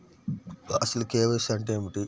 అసలు కే.వై.సి అంటే ఏమిటి?